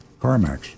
CarMax